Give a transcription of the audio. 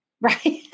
Right